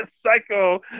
psycho